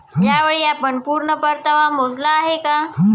यावेळी आपण पूर्ण परतावा मोजला आहे का?